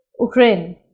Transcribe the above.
Ukraine